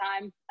time